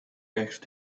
next